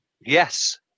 Yes